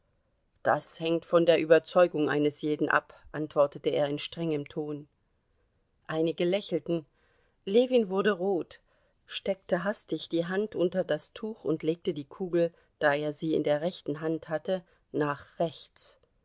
das hängt von der überzeugung eines jeden ab antwortete er in strengem ton einige lächelten ljewin wurde rot steckte hastig die hand unter das tuch und legte die kugel da er sie in der rechten hand hatte nach rechts